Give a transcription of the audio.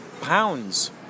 pounds